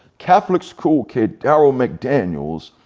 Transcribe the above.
catholic school kid, darryl mcdaniels.